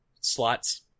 slots